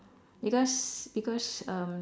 because because um